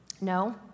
No